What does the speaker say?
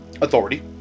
authority